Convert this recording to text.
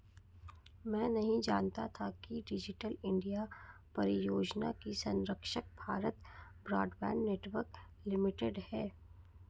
मैं नहीं जानता था कि डिजिटल इंडिया परियोजना की संरक्षक भारत ब्रॉडबैंड नेटवर्क लिमिटेड है